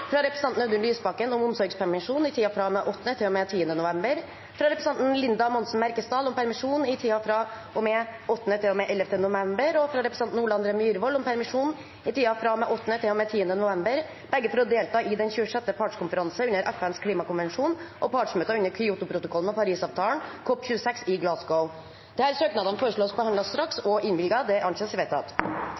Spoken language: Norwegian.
fra representanten Audun Lysbakken om omsorgspermisjon i tiden fra og med 8. til og med 10. november fra representanten Linda Monsen Merkesdal om permisjon i tiden fra og med 8. til og med 11. november og fra representanten Ole André Myhrvold om permisjon i tiden fra og med 8. til og med 10. november – begge for å delta i den 26. partskonferanse under FNs klimakonvensjon og partsmøter under Kyotoprotokollen og Parisavtalen, COP26, i